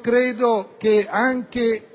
Credo che anche